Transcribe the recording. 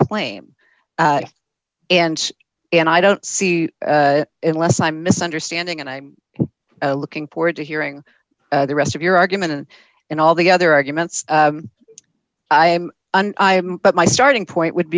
claim and and i don't see it unless i'm misunderstanding and i'm looking forward to hearing the rest of your argument and all the other arguments i am and i am but my starting point would